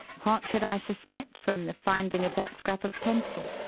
what should i suspect from the finding of that scrap of pencil?